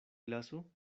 glaso